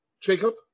Jacob